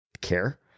care